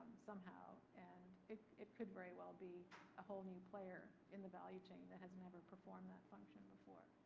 somehow. and it it could very well be a whole new player in the value chain that has never performed that function before.